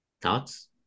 Thoughts